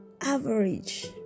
average